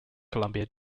columbia